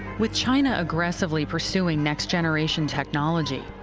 with china aggressively pursuing next-generation technology,